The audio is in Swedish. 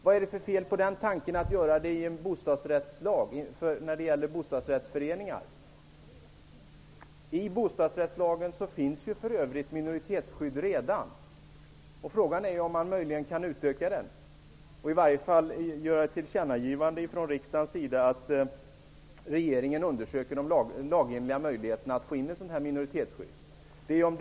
Vad är det för fel med tanken att införa ett minoritetsskydd i bostadsrättslagen? Där finns ju för övrigt redan ett minoritetsskydd. Frågan är om man möjligen kan utöka detta genom att riksdagen gör ett tillkännagivande om att regeringen skall undersöka de lagliga möjligheterna att införa ett minoritetsskydd av den här typen.